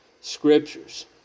Scriptures